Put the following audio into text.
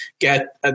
get